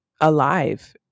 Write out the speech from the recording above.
alive